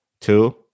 Two